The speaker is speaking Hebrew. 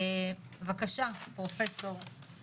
בבקשה, פרופ' וולף.